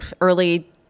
early